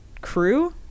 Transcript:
crew